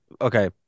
okay